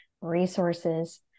resources